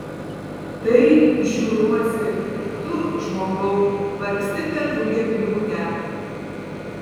tai žiūriuosi ir tu žmogau vargsti per rugiapjūtę